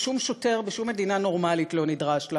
ששום שוטר בשום מדינה נורמלית לא נדרש לה,